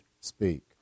speak